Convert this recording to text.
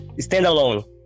standalone